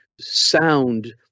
sound